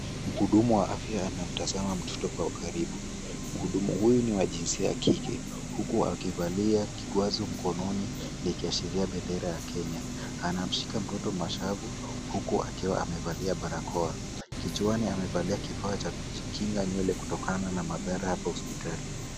Mhudumu wa afya anamtazama mtoto kwa ukaribu. Mhudumu huyu ni wa jinsia ya kike huku akivalia kikwazi mkononi likiashiria bendera ya Kenya. Anamshika mtoto mashavu huku akiwa amevalia barakoa. Kichwani amevalia kifaa cha kujikinga nywele kutokana na madhara hapa hospitali.